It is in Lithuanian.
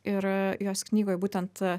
ir jos knygoje būtent